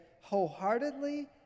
wholeheartedly